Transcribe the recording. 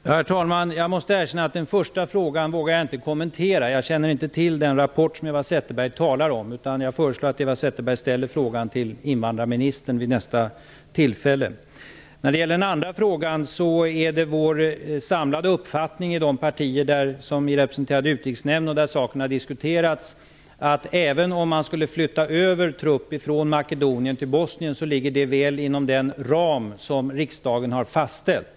Herr talman! Jag måste erkänna att jag inte vågar kommentera den första frågan, eftersom jag inte känner till den rapport som Eva Zetterberg talar om. Jag föreslår att hon ställer frågan till invandrarministern vid nästa tillfälle. Det är vår samlade uppfattning i de partier som är representerade i Utrikesnämnden, där den andra frågan har diskuterats, att även en eventuell överflyttning av trupper från Makedonien till Bosnien ligger väl inom den ram som riksdagen har fastställt.